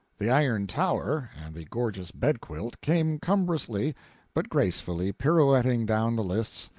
the iron tower and the gorgeous bedquilt came cumbrously but gracefully pirouetting down the lists,